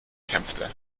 kämpfte